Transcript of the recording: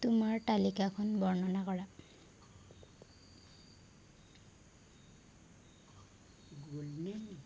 তোমাৰ তালিকাখন বৰ্ণনা কৰা